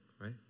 right